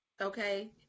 Okay